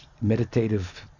meditative